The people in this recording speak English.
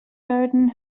garden